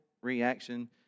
Reaction